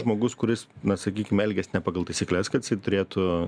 žmogus kuris na sakykim elgiasi ne pagal taisykles kad jisai turėtų